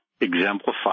exemplified